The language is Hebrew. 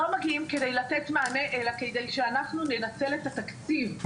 לא מגיעים כדי לתת מענה אלא כדי שאנחנו ננצל את התקציב.